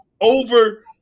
over